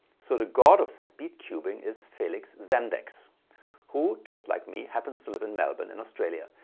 sort of god of speed cubing is feliks zemdegs who just like me happens to live in melbourne in australia.